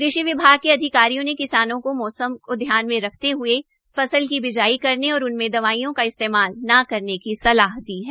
कृषि विभाग के अधिकारियों ने किसानों को मौसम को ध्यान रखते हये फसल की बिजाई करने और उनमे दवाईयों का इस्तेमाल न करने की सलाह दी है